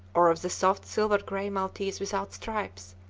or of the soft silver-gray maltese without stripes,